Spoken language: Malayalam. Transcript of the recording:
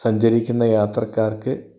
സഞ്ചരിക്കുന്ന യാത്രക്കാർക്ക്